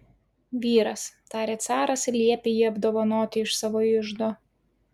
vyras tarė caras ir liepė jį apdovanoti iš savo iždo